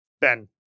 Ben